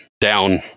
down